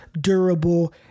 durable